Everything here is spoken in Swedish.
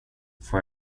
får